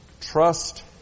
Trust